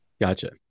Gotcha